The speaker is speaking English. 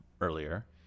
earlier